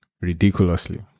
ridiculously